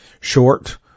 short